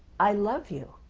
i love you.